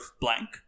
blank